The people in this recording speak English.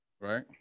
Right